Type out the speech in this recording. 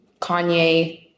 Kanye